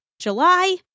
July